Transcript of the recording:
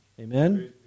Amen